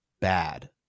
bad